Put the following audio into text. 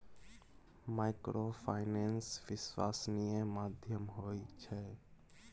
Microfinance विश्वासनीय माध्यम होय छै?